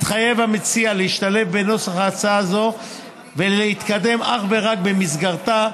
יתחייב המציע להשתלב בנוסח הצעה זו ולהתקדם אך ורק במסגרתה,